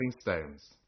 stones